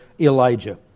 Elijah